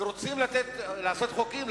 רוצים לעשות חוקים,